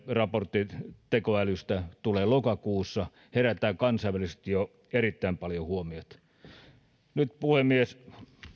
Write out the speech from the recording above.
raportit tekoälystä tulevat lokakuussa se herättää kansainvälisesti jo erittäin paljon huomiota nyt puhemies